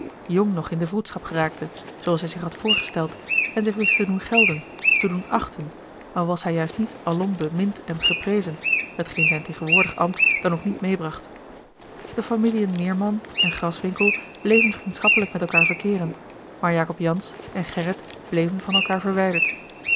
jong nog in de vroedschap raakte zooals hij zich had voorgesteld en zich wist te doen gelden te doen achten al was hij juist niet alom bemind en geprezen hetgeen zijn tegenwoordig ambt dan ook niet meêbracht de familiën meerman en graswinckel bleven vriendschappelijk met elkaâr verkeeren maar jacob jansz en gerrit bleven van elkaâr verwijderd